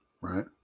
right